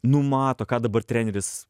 numato ką dabar treneris